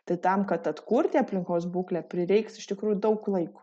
tai tam kad atkurti aplinkos būklę prireiks iš tikrųjų daug laiko